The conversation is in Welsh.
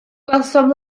gwelsom